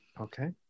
okay